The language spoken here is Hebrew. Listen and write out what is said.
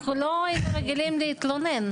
אנחנו לא היינו רגילים להתלונן.